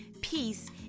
peace